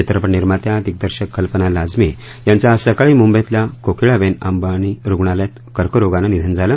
चित्रपट निर्मात्या दिगदर्शक कल्पना लाजमी यांचं आज सकाळी मुंबईतल्या कोकीळाबेन अंबानी रुगणालयात कर्करोगानं निधन झालं